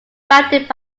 founded